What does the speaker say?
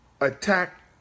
attack